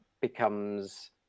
becomes